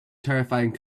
terrifying